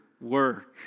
work